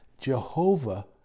Jehovah